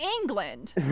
England